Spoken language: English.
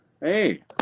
Hey